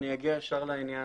אני אגיע ישר לעניין.